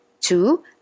two